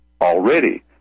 Already